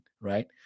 right